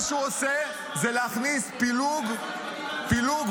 כל מה שהוא עושה זה להכניס פילוג בעם,